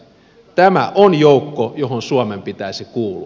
tämä on joukko johon suomen pitäisi kuulua